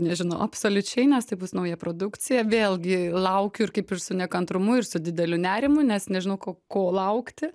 nežinau absoliučiai nes tai bus nauja produkcija vėlgi laukiu ir kaip ir su nekantrumu ir su dideliu nerimu nes nežinau k ko laukti